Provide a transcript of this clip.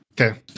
okay